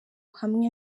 hamwe